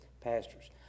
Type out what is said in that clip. pastors